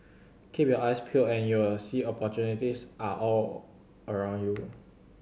keep your eyes peeled and you will see opportunities are all around you